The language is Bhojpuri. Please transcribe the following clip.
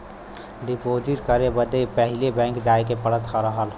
डीपोसिट करे बदे पहिले बैंक जाए के पड़त रहल